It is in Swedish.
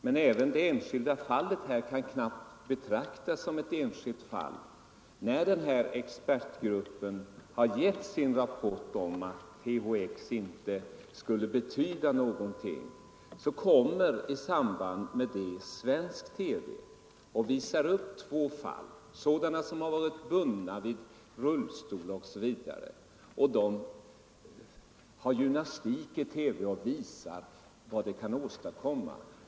Men det enskilda fallet här kan knappast betraktas som ett enskilt fall. När expertgruppen lämnat sin rapport om att THX inte skulle betyda någonting visade ju svensk TV upp två fall — människor som hade varit bundna vid rullstol o. d. och som nu utförde gymnastik i TV och demonstrerade vad de kunde åstadkomma.